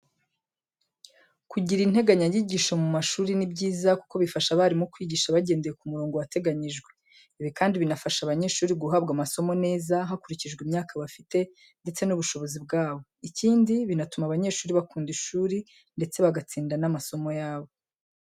Kugira integanyanyigisho mu mashuri ni byiza kuko bifasha abarimu kwigisha bagendeye mu murongo wateganyijwe. Ibi kandi binafasha abanyeshuri guhabwa amasomo neza hakurikijwe imyaka bafite ndetse n'ubushobozi bwabo. Ikindi, binatuma abanyeshuri bakunda ishuri ndetse bagatsinda n'amasomo yabo.